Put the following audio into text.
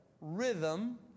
Rhythm